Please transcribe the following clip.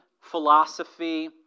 philosophy